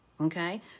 Okay